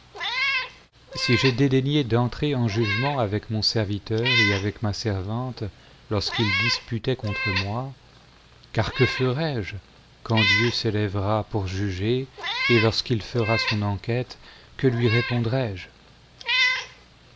si j'ai dédaigné d'entrer en jugement avec mon serviteur et avec ma servante lorsqu'ils disputaient contre moi car que ferai-je quand dieu s'élèvera pour juger et lorsqu'il fera son enquête que lui